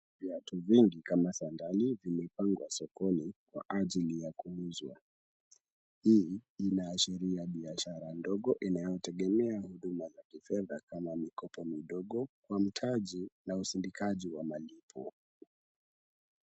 Viatu vingi kama sandali vimepangwa sokoni kwa ajili ya kuuzwa. Hii inaashiria biashara ndogo inayotegemea huduma za kifedha kama mikopo midogo wa mtaji na usindikaji wa malipo.